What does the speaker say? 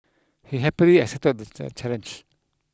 he happily accepted the the challenge